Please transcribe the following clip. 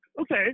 Okay